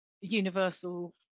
Universal